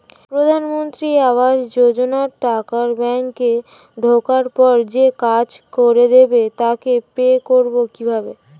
প্রধানমন্ত্রী আবাস যোজনার টাকা ব্যাংকে ঢোকার পরে যে কাজ করে দেবে তাকে পে করব কিভাবে?